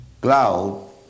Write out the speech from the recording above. Cloud